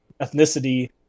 ethnicity